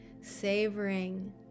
savoring